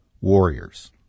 warriors